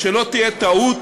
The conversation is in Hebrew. שלא תהיה טעות,